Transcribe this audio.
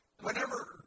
Whenever